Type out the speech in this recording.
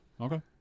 Okay